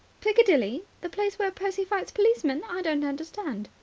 piccadilly? the place where percy fights policemen? i don't understand.